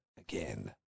again